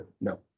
No